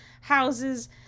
houses